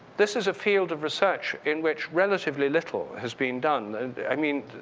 this is a field of research in which relatively little has been done, and i mean,